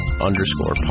underscore